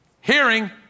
Hearing